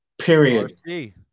Period